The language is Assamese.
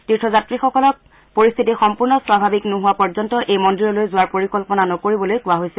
তীৰ্থযাত্ৰীসকলক পৰিস্থিতি সম্পূৰ্ণ স্বাভাৱিক নোহোৱাপৰ্যন্ত এই মন্দিৰলৈ যোৱাৰ পৰিকল্পনা নকৰিবলৈ কোৱা হৈছে